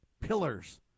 pillars